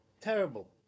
Terrible